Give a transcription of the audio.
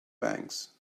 banks